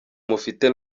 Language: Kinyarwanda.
mufite